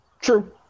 True